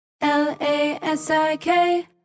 l-a-s-i-k